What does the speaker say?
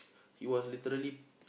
he was literally